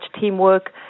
teamwork